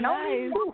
nice